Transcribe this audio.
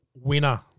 winner